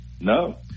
No